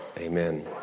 amen